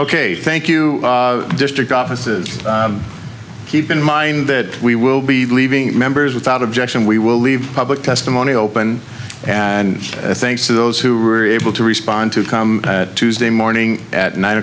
a thank you district offices keep in mind that we will be leaving members without objection we will leave public testimony open and thanks to those who are able to respond to come tuesday morning at nine